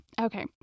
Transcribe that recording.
okay